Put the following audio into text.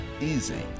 easy